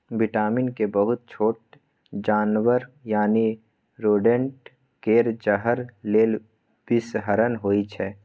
vitamin K बहुत छोट जानबर यानी रोडेंट केर जहर लेल बिषहरण होइ छै